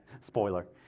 spoiler